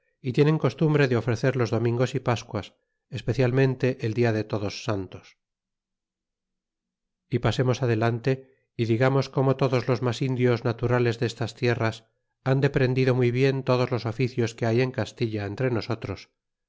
y tienen costumbre de ofrecer los domingos y pascuas especialmente el dia de todos santos y pasemos adelante y digamos como todos los mas indios naturales destas tierras han deprendido muybien todos los oficios que hay en castilla entre nosotros